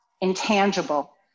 intangible